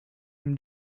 him